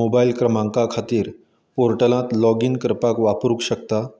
mobile क्रमांका खातीर पोर्टलात लॉगीन करपाक वापरूक शकता